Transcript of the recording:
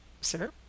sir